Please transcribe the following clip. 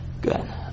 Good